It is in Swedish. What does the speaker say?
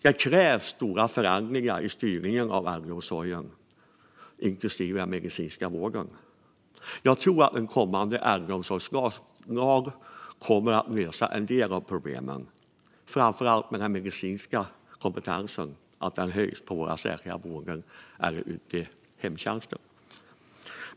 Det krävs stora förändringar i styrningen av äldreomsorgen, inklusive den medicinska vården. Jag tror att en kommande äldreomsorgslag kommer att lösa en del av problemen, framför allt genom att den medicinska kompetensen höjs på särskilda boenden och i hemtjänsten.